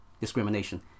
discrimination